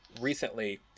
recently